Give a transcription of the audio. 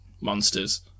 monsters